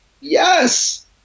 Yes